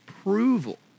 approval